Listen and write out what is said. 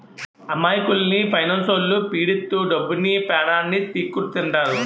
అమాయకుల్ని ఫైనాన్స్లొల్లు పీడిత్తు డబ్బుని, పానాన్ని పీక్కుతింటారు